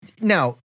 now